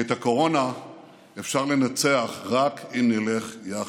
כי את הקורונה אפשר לנצח רק אם נלך יחד.